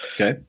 Okay